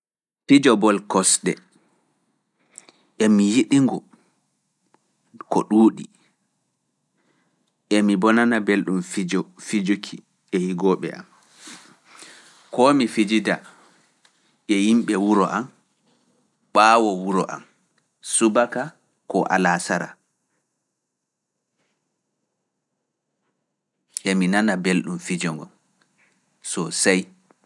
Fijo bol kosde, emi yiɗi ngo ko ɗuuɗi, emi bo nana belɗum fijuki e higooɓe am, koo mi fijida e yimɓe wuro am, ɓaawo wuro am subaka ko alaa sara, emi nana belɗum fijo ngo, sosey.